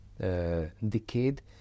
Decade